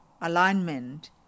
alignment